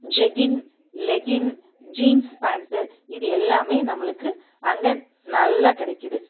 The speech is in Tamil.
ஜெகின் லெகின் ஜீன்ஸ் பேன்ட்டு இது எல்லாமே நம்மளுக்கு அங்கே நல்லா கிடைக்கிது